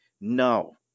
no